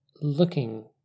looking